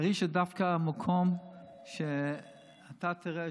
חריש זה דווקא מקום שאתה תראה